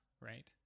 right